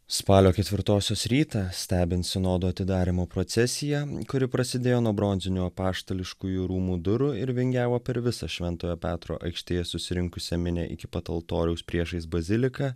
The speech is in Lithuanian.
spalio ketvirtosios rytą stebint sinodo atidarymo procesiją kuri prasidėjo nuo bronzinių apaštališkųjų rūmų durų ir vingiavo per visą šventojo petro aikštėje susirinkusią minią iki pat altoriaus priešais baziliką